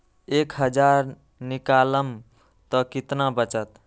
एक हज़ार निकालम त कितना वचत?